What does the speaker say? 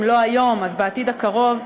אם לא היום אז בעתיד הקרוב,